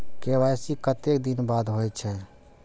KYC कतेक दिन बाद होई छै?